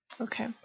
Okay